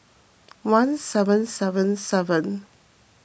one seven seven seven